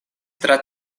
tra